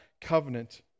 covenant